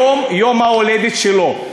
היום יום-ההולדת שלו.